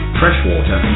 freshwater